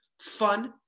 fun